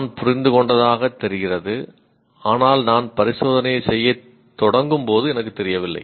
நான் புரிந்து கொண்டதாகத் தெரிகிறது ஆனால் நான் பரிசோதனையைச் செய்யத் தொடங்கும் போது எனக்குத் தெரியவில்லை